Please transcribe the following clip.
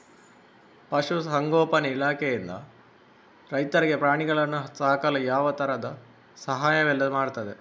ಪಶುಸಂಗೋಪನೆ ಇಲಾಖೆಯಿಂದ ರೈತರಿಗೆ ಪ್ರಾಣಿಗಳನ್ನು ಸಾಕಲು ಯಾವ ತರದ ಸಹಾಯವೆಲ್ಲ ಮಾಡ್ತದೆ?